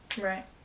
Right